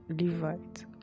Levite